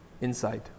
insight